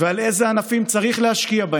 ענפים צריך להשקיע,